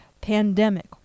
pandemic